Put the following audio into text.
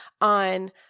on